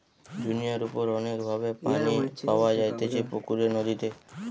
দুনিয়ার উপর অনেক ভাবে পানি পাওয়া যাইতেছে পুকুরে, নদীতে